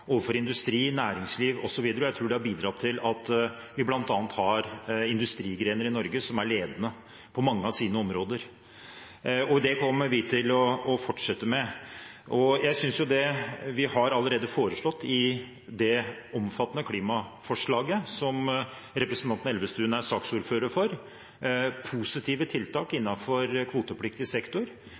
overfor industri, næringsliv osv., og jeg tror det har bidratt til at vi bl.a. har industrigrener i Norge som er ledende på mange av sine områder, og det kommer vi til å fortsette med. Vi har allerede foreslått, i det omfattende klimaforslaget som representanten Elvestuen er saksordfører for, positive tiltak innenfor kvotepliktig sektor,